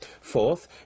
Fourth